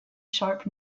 sharp